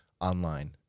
online